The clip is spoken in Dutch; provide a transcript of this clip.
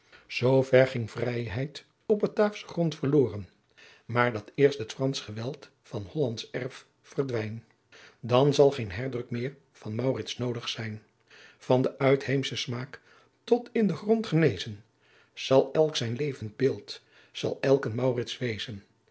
mij zoover ging vrijheid op bataafschen grond verloren maar dat eens t fransch geweld van hollands erf verdwijn dan zal geen herdruk meër van maurits noodig zijn van den uitheemschen smaak tot in den grond genezen zal elk zijn levend beeld zal elk een maurits wezen